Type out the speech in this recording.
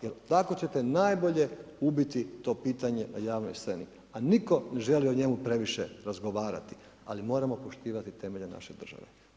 Jer tako ćete najbolje ubiti to pitanje na javnoj sceni, a nitko ne želi o njemu previše razgovarati, ali moramo poštivati temelje naše države.